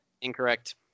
Incorrect